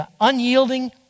unyielding